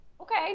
Okay